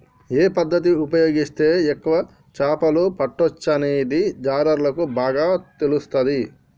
ఏ పద్దతి ఉపయోగిస్తే ఎక్కువ చేపలు పట్టొచ్చనేది జాలర్లకు బాగా తెలుస్తది